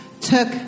Took